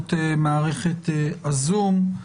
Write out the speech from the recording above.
באמצעות מערכת הזום.